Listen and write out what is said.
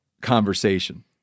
conversation